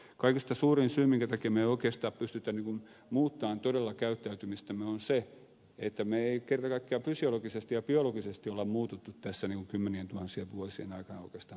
kaikista suurin syy minkä takia me emme oikeastaan todella pysty muuttamaan käyttäytymistämme on se että me emme kerta kaikkiaan fysiologisesti ja biologisesti ole muuttuneet tässä kymmenien tuhansien vuosien aikana oikeastaan paljon mihinkään